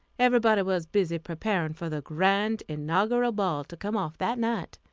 everybody was busy preparing for the grand inaugural ball to come off that night.